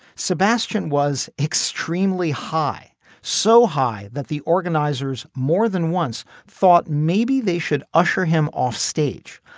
sebastian was extremely high so high that the organizers more than once thought maybe they should usher him off stage.